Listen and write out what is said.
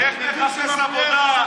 לך תחפש עבודה,